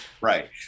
Right